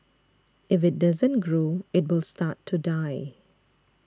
if it doesn't grow it will start to die